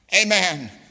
Amen